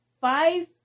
Five